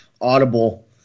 Audible